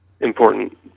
important